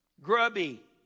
grubby